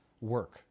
work